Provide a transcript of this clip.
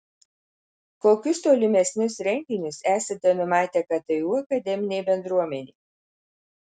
kokius tolimesnius renginius esate numatę ktu akademinei bendruomenei